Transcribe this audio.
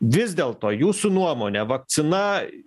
vis dėlto jūsų nuomone vakcina